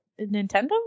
Nintendo